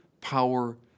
power